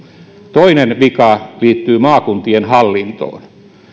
toinen vika liittyy maakuntien hallintoon